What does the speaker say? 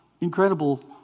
incredible